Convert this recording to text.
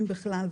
אם בכלל,